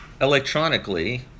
electronically